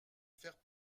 faire